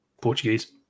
Portuguese